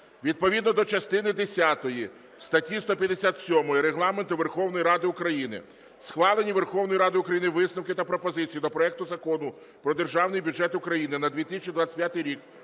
Відповідно до частини десятої статті 157 Регламенту Верховної Ради України схвалені Верховною Радою України висновки та пропозиції до проекту Закону про Державний бюджет України на 2025 рік